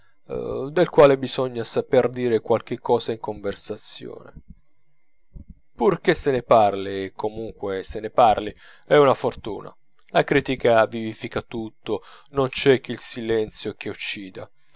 cronaca del quale bisogna saper dir qualche cosa in conversazione pur che se ne parli comunque se ne parli è una fortuna la critica vivifica tutto non c'è che il silenzio che uccida